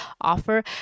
offer